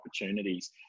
opportunities